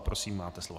Prosím, máte slovo.